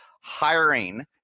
hiring